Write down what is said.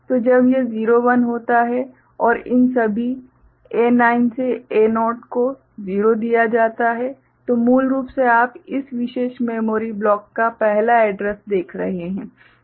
तो जब यह 01 होता है और इन सभी A9 से A0 को 0 दिया जाता है तो मूल रूप से आप इस विशेष मेमोरी ब्लॉक का पहला एड्रैस देख रहे हैं